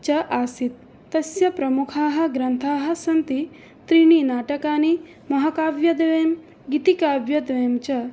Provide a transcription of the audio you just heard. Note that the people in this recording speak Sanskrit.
च आसीत् तस्य प्रमुखाः ग्रन्थाः सन्ति त्रीणि नाटकानि महाकाव्यद्वयं गीतिकाव्यद्वयं च